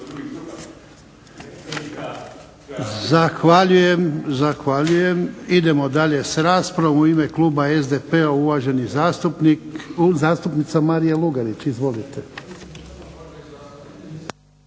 Ivan (HDZ)** Zahvaljujem. Idemo dalje s raspravom, u ime Kluba SDP-a uvažena zastupnica Marija Lugarić. Izvolite.